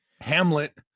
hamlet